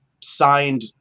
signed